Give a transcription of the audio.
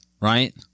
right